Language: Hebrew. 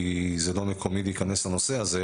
כי זה לא מקומי להיכנס לנושא הזה.